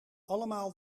allemaal